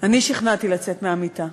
אני שכנעתי לצאת מהמיטה.